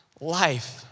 life